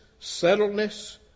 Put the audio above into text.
settledness